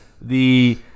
the-